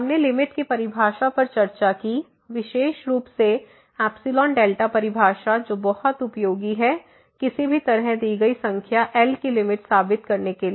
हमने लिमिट की परिभाषा पर चर्चा की विशेष रुप से εδ परिभाषा जो बहुत उपयोगी है किसी भी तरह दी गई संख्या L की लिमिट साबित करने के लिए